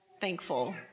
thankful